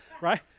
Right